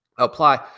apply